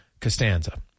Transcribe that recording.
Costanza